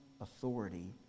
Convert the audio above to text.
authority